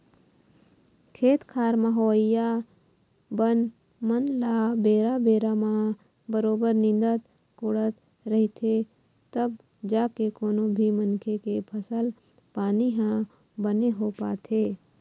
खेत खार म होवइया बन मन ल बेरा बेरा म बरोबर निंदत कोड़त रहिथे तब जाके कोनो भी मनखे के फसल पानी ह बने हो पाथे